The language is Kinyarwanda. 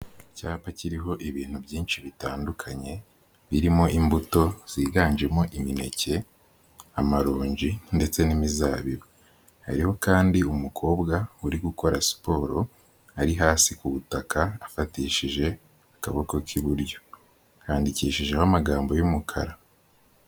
Icyapa kiriho ibintu byinshi bitandukanye, birimo imbuto, ziganjemo imineke, amaronji, ndetse n'imizabibu. Hariho kandi umukobwa uri gukora siporo, ari hasi ku butaka, afatishije akaboko k'iburyo. Kandikishijeho amagambo y'umukara.